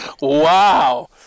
Wow